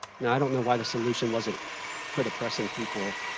now, i don't know why the solution wasn't quit oppressing people